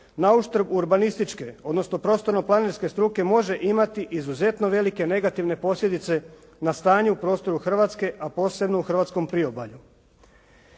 na uštrb urbanističke, odnosno prostorno-planske struke može imati izuzetno velike negativne posljedice na stanje u prostoru Hrvatske, a posebno u Hrvatskom priobalju.